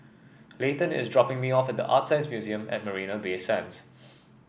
Leighton is dropping me off at ArtScience Museum at Marina Bay Sands